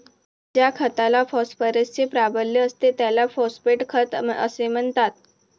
ज्या खतात फॉस्फरसचे प्राबल्य असते त्याला फॉस्फेट खत असे म्हणतात